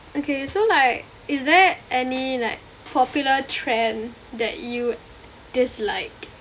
okay so like is there any like popular trend that you dislike